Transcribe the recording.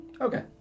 Okay